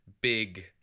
big